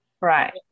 right